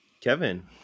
Kevin